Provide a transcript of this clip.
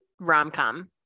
rom-com